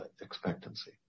expectancy